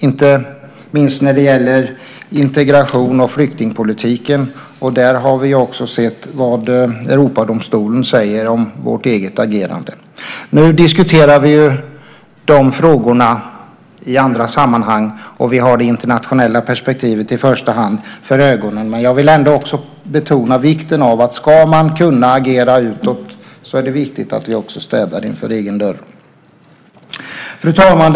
Det gäller inte minst integrations och flyktingpolitiken, och där har vi också sett vad Europadomstolen säger om vårt eget agerande. Nu diskuterar vi ju de frågorna i andra sammanhang, och vi har i första hand det internationella perspektivet för ögonen. Ändå vill jag också betona vikten av detta. Ska man kunna agera utåt är det viktigt att vi också städar framför egen dörr. Fru talman!